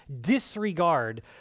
disregard